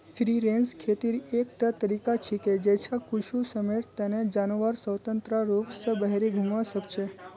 free range खेतीर एकटा तरीका छिके जैछा कुछू समयर तने जानवर स्वतंत्र रूप स बहिरी घूमवा सख छ